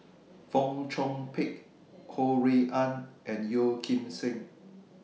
Fong Chong Pik Ho Rui An and Yeo Kim Seng